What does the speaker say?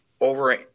over